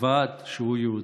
קובעת שהוא יהודי.